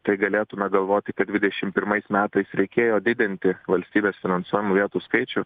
tai galėtume galvoti kad dvidešim pirmais metais reikėjo didinti valstybės finansuojamų vietų skaičių